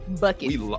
Bucket